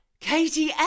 Katie